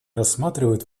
рассматривает